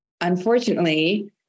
Unfortunately